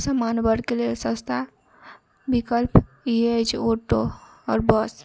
सामान्य वर्गके लिए सस्ता विकल्प ई अछि ऑटो आओर बस